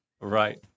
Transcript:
Right